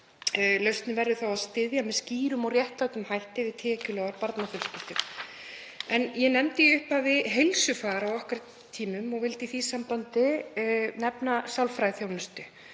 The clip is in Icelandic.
Lausnin verður þá að styðja með skýrum og réttlátum hætti við tekjulágar barnafjölskyldur. Ég nefndi í upphafi heilsufar á okkar tímum og vildi í því sambandi nefna sálfræðiþjónustu.